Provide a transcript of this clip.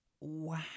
Wow